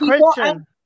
question